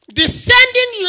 descending